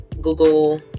Google